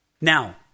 Now